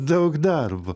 daug darbo